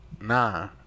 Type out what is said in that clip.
Nah